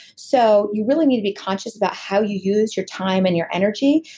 so you really need to be conscious about how you use your time and your energy.